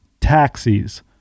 taxis